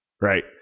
right